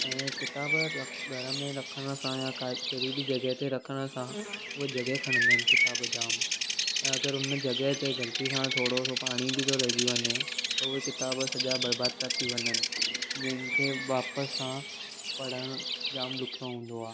ऐं किताब घर में रखण सां या कहिड़ी बि जॻह ते रखण सां उहे जॻह खणंदा आहिनि किताब जाम ऐं अगरि उन जॻह ते गलती सां थोरो सो पाणी बि थो लॻी वञे त उहे किताब सॼा बर्बाद था थी वञनि जंहिंखे वापिसि सां पढ़णु जाम ॾुखियो हूंदो आ्हे